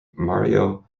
mario